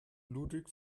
ludwig